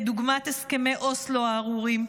כדוגמת הסכמי אוסלו הארורים,